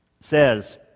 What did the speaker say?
says